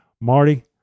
marty